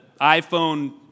iPhone